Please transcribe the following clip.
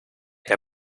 herr